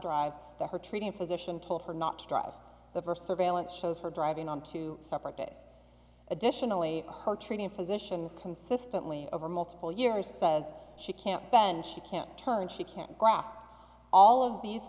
drive to her treating physician told her not to drive over surveillance shows for driving on two separate this additionally her treating physician consistently over multiple years says she can't bend she can't turn she can't cross all of these